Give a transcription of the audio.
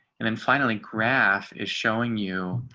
and then finally graph is showing you